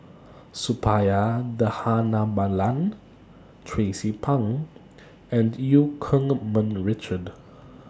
Suppiah Dhanabalan Tracie Pang and EU Keng Mun Richard